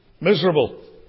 miserable